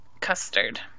Custard